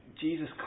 Jesus